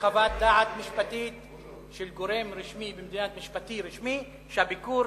יש חוות דעת משפטית של גורם משפטי רשמי שהביקור,